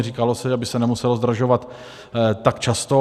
Říkalo se, aby se nemuselo zdražovat tak často.